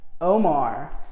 Omar